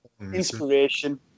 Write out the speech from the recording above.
inspiration